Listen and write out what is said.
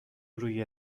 روی